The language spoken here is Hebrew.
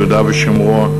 יהודה ושומרון,